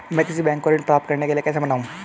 मैं किसी बैंक को ऋण प्राप्त करने के लिए कैसे मनाऊं?